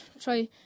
try